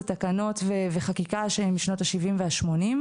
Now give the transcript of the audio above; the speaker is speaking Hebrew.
זה תקנות וחקיקה שהם משנות ה-70 וה-80,